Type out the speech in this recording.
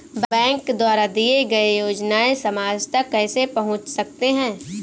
Bank द्वारा दिए गए योजनाएँ समाज तक कैसे पहुँच सकते हैं?